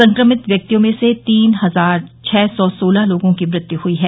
संक्रमित व्यक्तियों में से तीन हजार छः सौ सोलह लोगों की मृत्यू हुई है